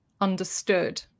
understood